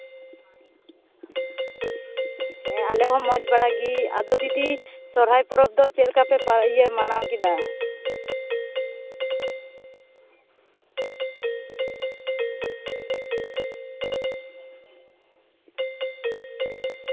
ᱦᱮᱸ ᱟᱞᱮ ᱦᱚᱸ ᱢᱚᱡᱽ ᱵᱟᱲᱟ ᱜᱮ ᱟᱫᱚ ᱫᱤᱫᱤ ᱥᱚᱨᱦᱟᱭ ᱯᱚᱨᱚᱵᱽ ᱫᱚ ᱪᱮᱫᱞᱮᱠᱟ ᱯᱮ ᱯᱟ ᱤᱭᱟᱹ ᱢᱟᱱᱟᱣ ᱠᱮᱫᱟ